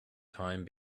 time